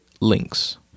links